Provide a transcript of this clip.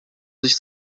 sich